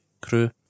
crew